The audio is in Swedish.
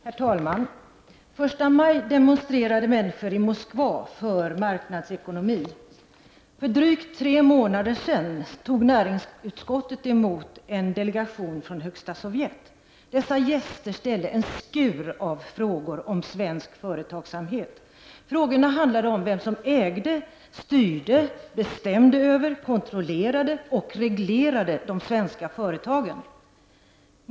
Herr talman! Den 1 maj demonstrerade människor i Moskva till förmån för marknadsekonomi. För drygt tre månader sedan tog näringsutskottet emot en delegation från Högsta Sovjet. Dessa gäster ställde en skur av frågor om svensk företagsamhet. Frågorna handlade om vem som äger, styr, bestämmer över, kontrollerar och reglerar de svenska företagen.